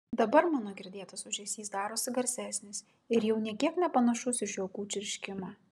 dabar mano girdėtas ūžesys darosi garsesnis ir jau nė kiek nepanašus į žiogų čirškimą